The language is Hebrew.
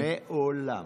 מעולם.